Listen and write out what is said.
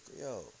yo